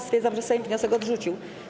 Stwierdzam, że Sejm wniosek odrzucił.